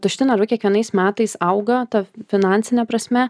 tušti narvai kiekvienais metais auga ta finansine prasme